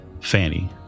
Fanny